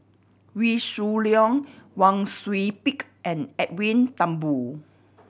Wee Shoo Leong Wang Sui Pick and Edwin Thumboo